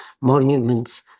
monuments